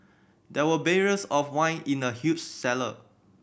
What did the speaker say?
there were barrels of wine in the huge cellar